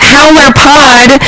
HowlerPod